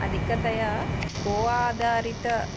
अधिकतया गो आधारितः